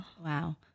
Wow